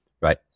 right